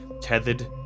tethered